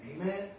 Amen